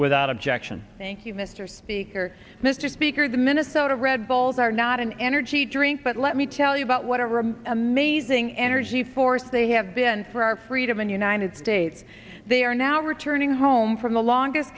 without objection thank you mr speaker mr speaker the minnesota red balls are not an energy drink but let me tell you about whatever amazing energy force they have been for our freedom in united states they are now returning home from the longest